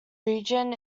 region